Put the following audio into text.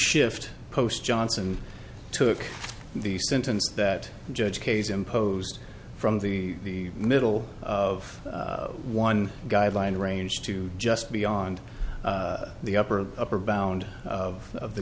shift post johnson took the sentence that the judge case imposed from the middle of one guideline range to just beyond the upper upper bound of of the